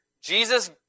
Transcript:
Jesus